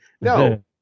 No